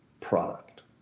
product